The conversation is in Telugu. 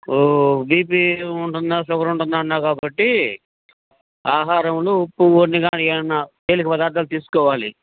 బీపీ ఉంటుంది షుగరు ఉంటుంది అన్నారు కాబట్టి ఆహారంలో ఉప్పు బొత్తిగా లేని పదార్థాలు తీసుకోవాలి